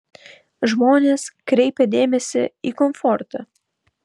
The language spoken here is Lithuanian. žmonės kreipia dėmesį į komfortą